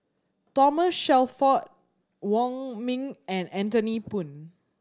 Thomas Shelford Wong Ming and Anthony Poon